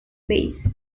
base